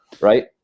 right